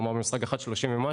הוא אמר,